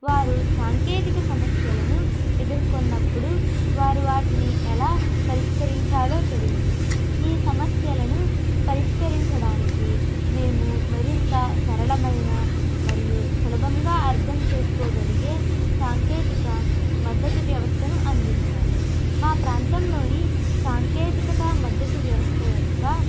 వారు సాంకేతిక సమస్యలను ఎదుర్కొన్నప్పుడు వారు వాటిని ఎలా పరిష్కరించాలో తెలియదు ఈ సమస్యలను పరిష్కరించడానికి మేము మరింత సరళమైన మరియు సులభంగా అర్థం చేసుకోగలిగే సాంకేతిక మద్దతు వ్యవస్థను అందించాలి మా ప్రాంతంలోని సాంకేతికత మద్దతు వ్యవస్థ యొక్క